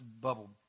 bubble